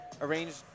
arranged